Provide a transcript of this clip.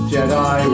Jedi